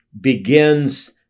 begins